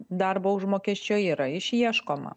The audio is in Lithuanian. darbo užmokesčio yra išieškoma